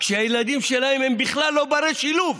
כשהילדים שלהם הם בכלל לא בני-שילוב.